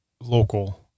local